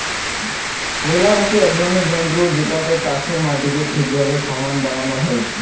roller হসে এক রকমের যন্ত্র জেতাতে চাষের মাটিকে ঠিকভাবে সমান বানানো হই